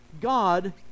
God